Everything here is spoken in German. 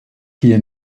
hier